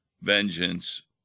vengeance